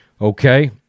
Okay